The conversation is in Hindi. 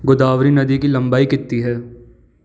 गोदावरी नदी की लंबाई कितनी है